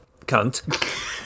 cunt